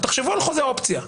אבל תחשבו על חוזה אופציה.